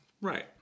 Right